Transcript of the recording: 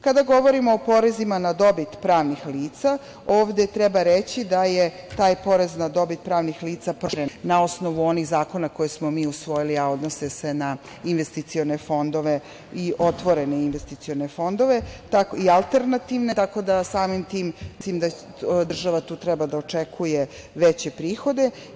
Kada govorimo o porezima na dobit pravnih lica, ovde treba reći da je taj porez na dobit pravnih lica proširen na osnovu onih zakona koje smo mi usvojili, a odnose se na investicione fondove, otvorene i alternativne fondove, tako da, samim tim mislim da država tu treba da očekuje veće prihode.